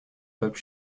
peuple